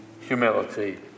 humility